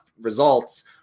results